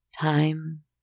Time